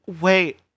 Wait